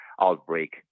outbreak